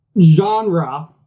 genre